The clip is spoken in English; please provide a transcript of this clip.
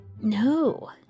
No